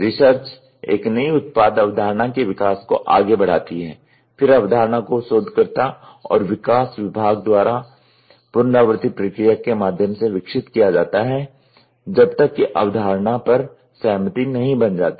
research एक नई उत्पाद अवधारणा के विकास को आगे बढ़ाती है फिर अवधारणा को शोधकर्ता और विकास विभाग द्वारा पुनरावृति प्रक्रिया के माध्यम से विकसित किया जाता है जब तक कि अवधारणा पर सहमति नहीं बन जाती